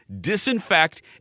disinfect